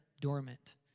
dormant